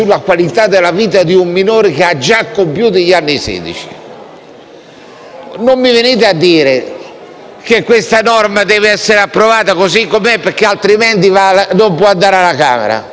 Non mi venite a dire che questa norma deve essere approvata così com'è perché non può andare alla Camera. Vi rendete conto che state facendo una cosa